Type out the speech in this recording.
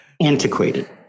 antiquated